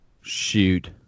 shoot